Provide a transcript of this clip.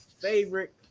favorite